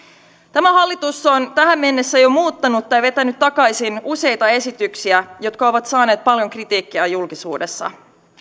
tämä hallitus on tähän mennessä jo muuttanut tai vetänyt takaisin useita esityksiä jotka ovat saaneet paljon kritiikkiä julkisuudessa